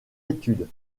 études